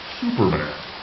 Superman